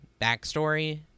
backstory